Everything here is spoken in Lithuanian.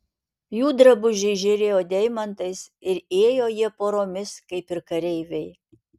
jų drabužiai žėrėjo deimantais ir ėjo jie poromis kaip ir kareiviai